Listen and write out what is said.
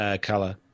color